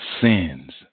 sins